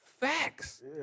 facts